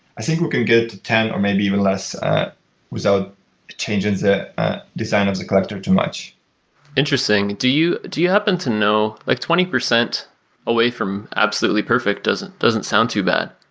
i think we can get ten or maybe even less without changing the design of the collector too much interesting. do you do you happen to know like twenty percent away from absolutely perfectly doesn't doesn't sound too bad.